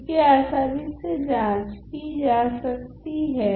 इसकी आसानी से जांच कि जा सकती हैं